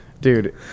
dude